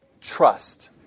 trust